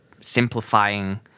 simplifying